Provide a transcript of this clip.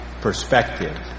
perspective